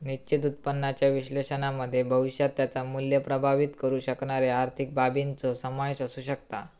निश्चित उत्पन्नाच्या विश्लेषणामध्ये भविष्यात त्याचा मुल्य प्रभावीत करु शकणारे आर्थिक बाबींचो समावेश असु शकता